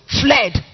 fled